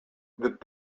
that